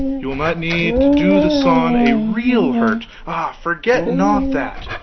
you will not need to do the sun a real hurt ah, forget not that,